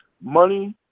money